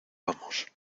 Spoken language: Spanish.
vamos